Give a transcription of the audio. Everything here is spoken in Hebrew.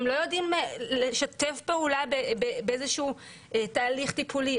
הם לא יודעים לשתף פעולה באיזשהו תהליך טיפולי.